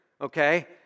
Okay